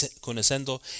conociendo